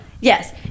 Yes